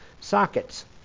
sockets